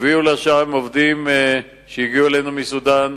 הביאו לשם עובדים שהגיעו אלינו מסודן,